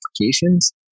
applications